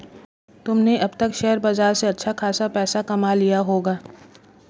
तुमने अब तक शेयर बाजार से अच्छा खासा पैसा कमा लिया होगा